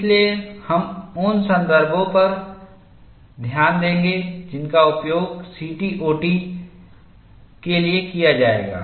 इसलिए हम उन संदर्भों पर ध्यान देंगे जिनका उपयोग सीटीओडी के लिए किया जाएगा